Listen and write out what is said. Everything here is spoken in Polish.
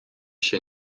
się